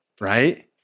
right